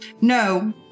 No